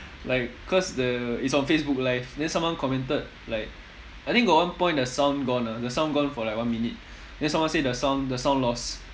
like cause the it's on facebook live then someone commented like I think got one point the sound gone ah the sound gone for like one minute then someone say the sound the sound lost